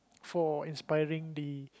for inspiring the